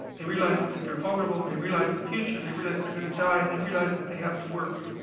they realize that they're vulnerable they, realize the future they, realize they're going to die they realize that they have to work